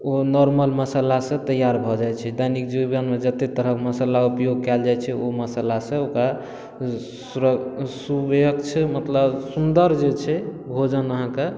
ओ normal मशाला सँ तैयार भऽ जाइ छै दैनिक जीवन मे जते तरहक मशाला ऊपयोग कायल जाइत छै ओ मशाला सँ ओकरा सुवेय्क्ष मतलब सुन्दर जे छै भोजन अहाँके